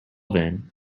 then